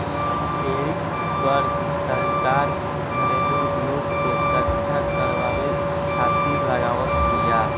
tariff कर सरकार घरेलू उद्योग के सुरक्षा करवावे खातिर लगावत बिया